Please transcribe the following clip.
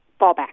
fallback